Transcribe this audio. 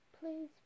please